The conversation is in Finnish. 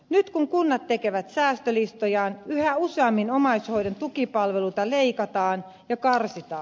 nyt kun kunnat tekevät säästölistojaan yhä useammin omaishoidon tukipalveluita leikataan ja karsitaan